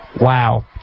Wow